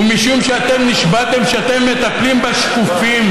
ומשום שאתם נשבעתם שאתם מטפלים בשקופים,